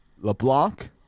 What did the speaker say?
LeBlanc